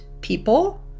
people